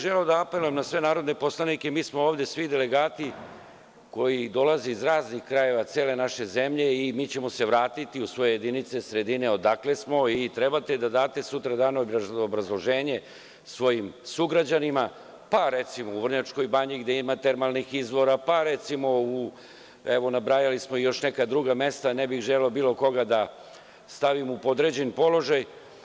Želeo bih da apelujem na sve narodne poslanike, mi smo ovde svi delegati koji dolaze iz raznih krajeva cele naše zemlje i mi ćemo se vratiti u svoje jedinice, sredine odakle smo i trebate da date sutradan obrazloženje svojim sugrađanima, recimo u Vrnjačkoj Banji gde ima termalnih izvora, recimo, evo nabrajali smo i neka druga mesta, ne bih želeo bilo koga da stavim u podređen položaj.